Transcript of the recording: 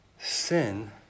Sin